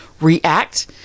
react